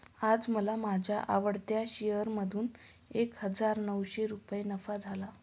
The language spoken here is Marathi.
आज मला माझ्या आवडत्या शेअर मधून एक हजार नऊशे रुपये नफा झाला